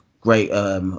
great